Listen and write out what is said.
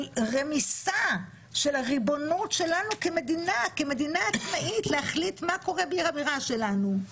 רמיסה של הריבונות שלנו כמדינה עצמאית להחליט מה קורה בעיר הבירה שלנו,